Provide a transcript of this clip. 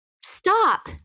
stop